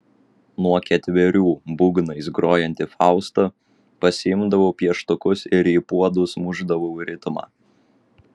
nuo ketverių būgnais grojanti fausta pasiimdavau pieštukus ir į puodus mušdavau ritmą